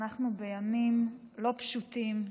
אנחנו בימים לא פשוטים,